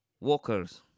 walkers